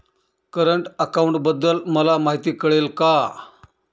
Current अकाउंटबद्दल मला माहिती मिळेल का?